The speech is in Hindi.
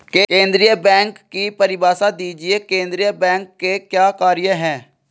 केंद्रीय बैंक की परिभाषा दीजिए केंद्रीय बैंक के क्या कार्य हैं?